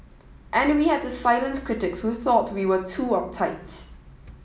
and we had to silence critics who thought we were too uptight